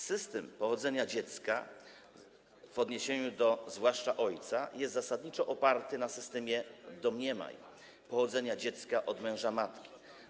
System ustalania pochodzenia dziecka w odniesieniu zwłaszcza do ojca jest zasadniczo oparty na systemie domniemania pochodzenia dziecka od męża matki.